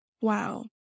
Wow